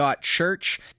Church